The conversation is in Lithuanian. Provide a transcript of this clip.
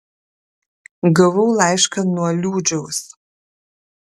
gavau laišką nuo liūdžiaus